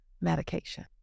medication